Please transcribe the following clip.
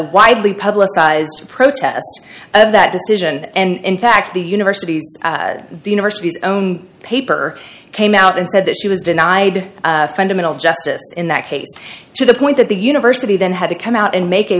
widely publicized protest of that decision and fact the university's the university's own paper came out and said that she was denied fundamental justice in that case to the point that the university then had to come out and make a